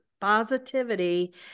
positivity